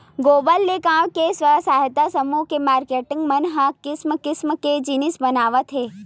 गोबर ले गाँव के स्व सहायता समूह के मारकेटिंग मन ह किसम किसम के जिनिस बनावत हे